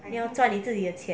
你要赚你自己的钱